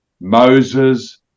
Moses